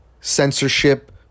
Censorship